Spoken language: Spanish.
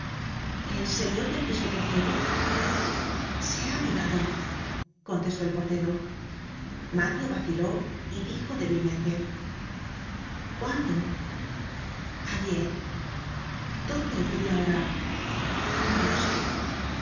el señor del piso tercero se há mudado contestó el portero mario vaciló y dijo débilmente cuándo ayer dónde vive ahora no lo sé